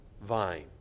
vine